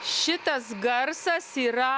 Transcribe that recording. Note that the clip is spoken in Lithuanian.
šitas garsas yra